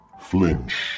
Flinch